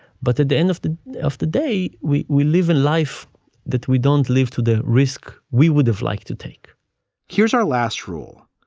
but at the end of the of the day, we we live in life that we don't live to the risk we would have liked to take here's our last rule.